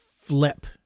flip